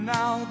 now